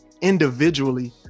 Individually